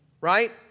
Right